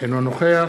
אינו נוכח